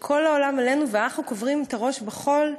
כל העולם עלינו ואנחנו קוברים את הראש בחול.